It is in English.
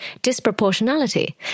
disproportionality